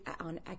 on